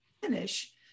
finish